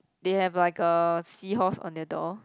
they have like a seahorse on their door